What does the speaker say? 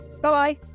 Bye